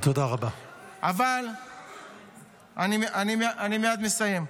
תודה רבה אני מייד מסיים.